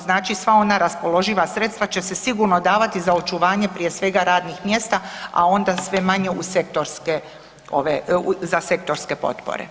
Znači sva ona raspoloživa sredstva će se sigurno davati za očuvanje prije svega radnih mjesta a onda sve manje za sektorske potpore.